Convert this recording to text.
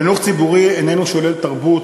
חינוך ציבורי איננו שולל תרבות.